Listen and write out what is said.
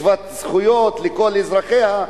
שוות זכויות לכל אזרחיה.